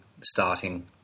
starting